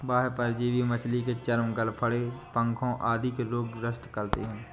बाह्य परजीवी मछली के चर्म, गलफडों, पंखों आदि के रोग ग्रस्त करते है